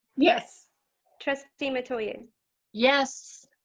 yes trustee metoyer yes